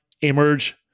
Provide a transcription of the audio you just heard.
emerge